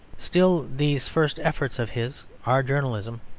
still these first efforts of his are journalism,